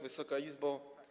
Wysoka Izbo!